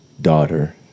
daughter